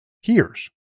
hears